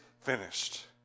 finished